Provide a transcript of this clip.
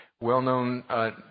well-known